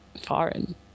foreign